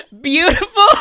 beautiful